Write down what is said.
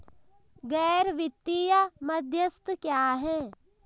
गैर वित्तीय मध्यस्थ क्या हैं?